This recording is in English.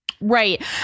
Right